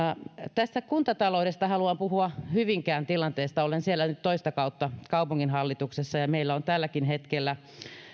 tästä kuntataloudesta haluan puhua hyvinkään tilanteesta olen siellä nyt toista kautta kaupunginhallituksessa ja meillä on tälläkin hetkellä